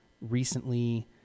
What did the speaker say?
recently